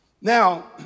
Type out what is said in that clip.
Now